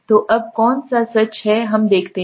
तो अब कौन सा सच है हम देखते हैं